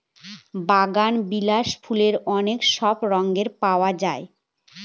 বাগানবিলাস ফুল অনেক সব রঙে পাওয়া যায়